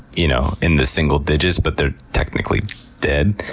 you know, in the single digits, but they're technically dead.